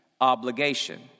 obligation